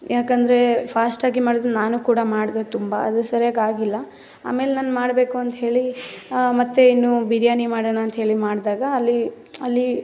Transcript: ಯಾಕೆಂದರೆ ಫಾಸ್ಟಾಗಿ ಮಾಡಿದ್ರೆ ನಾನು ಕೂಡ ಮಾಡಿದೆ ತುಂಬ ಅದು ಸರಿಯಾಗಿ ಆಗಿಲ್ಲ ಆಮೇಲೆ ನಾನು ಮಾಡಬೇಕು ಅಂಥೇಳಿ ಮತ್ತು ಇನ್ನೂ ಬಿರಿಯಾನಿ ಮಾಡೋಣ ಅಂಥೇಳಿ ಮಾಡಿದಾಗ ಅಲ್ಲಿ ಅಲ್ಲಿ